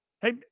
Hey